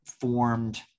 formed